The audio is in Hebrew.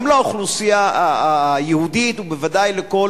גם לאוכלוסייה היהודית ובוודאי לכל